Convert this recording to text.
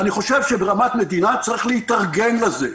אני חושב שברמת המדינה צריך להתארגן לזה.